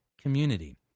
community